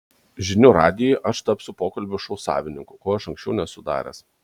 žinių radijuje aš tapsiu pokalbių šou savininku ko aš anksčiau nesu daręs